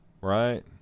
right